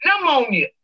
Pneumonia